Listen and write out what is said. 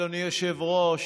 אדוני היושב-ראש,